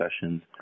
sessions